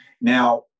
Now